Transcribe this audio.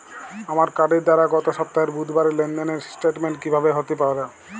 আমার কার্ডের দ্বারা গত সপ্তাহের বুধবারের লেনদেনের স্টেটমেন্ট কীভাবে হাতে পাব?